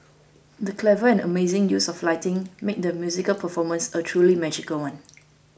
the clever and amazing use of lighting made the musical performance a truly magical one